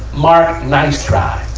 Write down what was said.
mark, nice try.